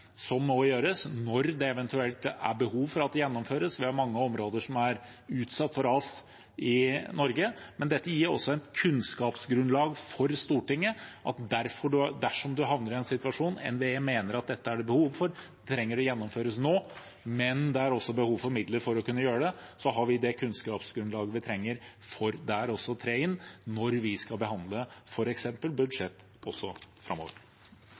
det gjennomføres. Vi har mange områder som er utsatt for ras i Norge. Dette gir også et kunnskapsgrunnlag for Stortinget. Dersom man havner i en situasjon hvor NVE mener det er behov for tiltak, og at det trengs å gjennomføres nå, men det er behov for midler til å kunne gjøre det, har vi det kunnskapsgrunnlaget vi trenger for å kunne tre inn der også, når vi skal behandle f.eks. budsjetter framover.